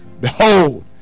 behold